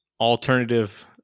alternative